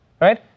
Right